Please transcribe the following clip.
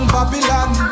Babylon